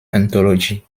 anthology